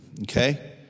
okay